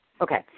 Okay